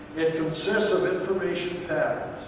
it consists of information paths.